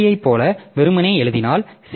யைப் போல வெறுமனே எழுதினால் சி